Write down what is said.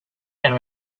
and